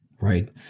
Right